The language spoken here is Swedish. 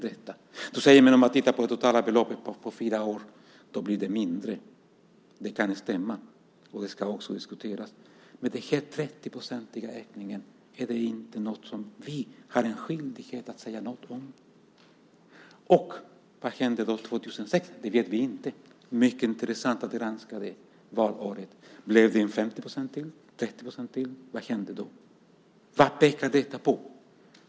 Du säger att det blir mindre om man tittar på det totala beloppet på fyra år. Det kan stämma, och det ska också diskuteras. Men är inte den här ökningen på 30 % någonting som vi har en skyldighet att säga något om? Och vad händer 2006? Det vet vi inte. Det blir mycket intressant att granska valåret. Blev det en ökning på 30 % eller 50 %? Vad hände då? Vad pekar detta på?